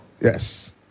Yes